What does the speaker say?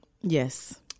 Yes